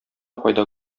файда